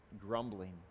grumbling